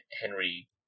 Henry